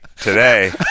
today